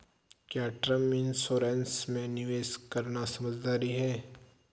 क्या term insurance में निवेश करना समझदारी है?